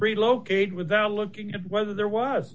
relocate without looking at whether there was